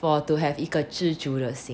for to have 一个知足的心